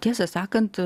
tiesą sakant